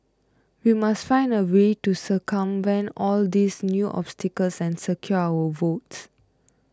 we must find a way to circumvent all these new obstacles and secure our votes